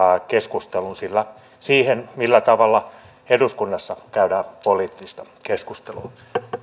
keskusteluun siihen millä tavalla eduskunnassa käydään poliittista keskustelua